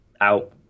out